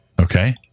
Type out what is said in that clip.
Okay